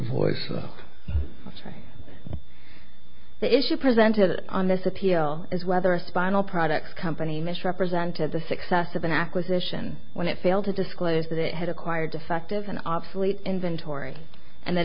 voice low i tried the issue presented on this appeal is whether a spinal products company misrepresented the success of an acquisition when it failed to disclose that it had acquired defective and obsolete inventory and